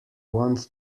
want